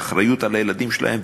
באחריות על הילדים שלהם,